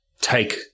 take